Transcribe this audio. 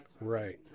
Right